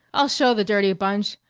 i'll show the dirty bunch.